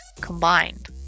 combined